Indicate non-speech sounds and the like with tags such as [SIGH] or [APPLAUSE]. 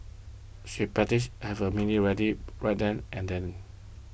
she [UNINTELLIGIBLE] have a mini rally right then and then